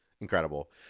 incredible